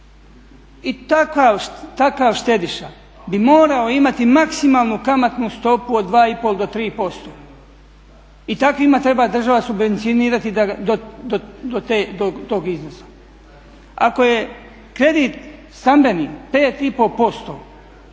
I takav štediša bi morao imati maksimalnu kamatnu stopu od 2,5 do 3% i takvima treba država subvencionirati do tog iznosa. Ako je kredit stambeni 5,5%